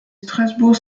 strasbourg